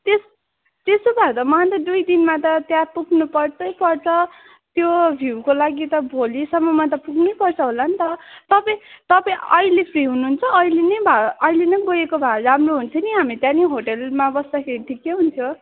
त्यस् त्यसो भए त म अन्त दुई दिनमा त त्यहाँ पुग्नु पर्छै पर्छ त्यो भ्यूको लागि त भोलिसम्ममा त पुग्नै पर्छ होला नि त तपाईँ तपाईँ अहिले फ्री हुनुहुन्छ अहिले नै भए अहिले नै गएको भए राम्रो हुन्थ्यो नि हामी त्यहाँ नि होटलमा बस्दाखेरि ठिकै हुन्थ्यो